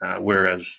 whereas